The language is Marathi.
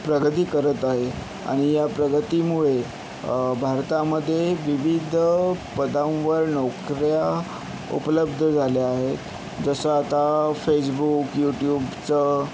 प्रगती करत आहे आणि या प्रगतीमुळे भारतामध्ये विविध पदांवर नोकऱ्या उपलब्ध झाल्या आहे जसं आता फेसबुक यूट्युबचं